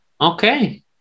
okay